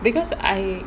because I